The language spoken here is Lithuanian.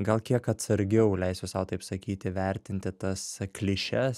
gal kiek atsargiau leisiu sau taip sakyti vertinti tas klišes